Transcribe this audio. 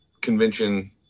convention